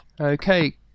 Okay